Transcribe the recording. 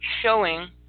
showing